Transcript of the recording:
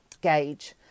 gauge